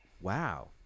wow